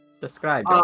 Describe